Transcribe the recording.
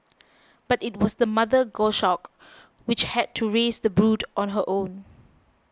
but it was the mother goshawk which had to raise the brood on her own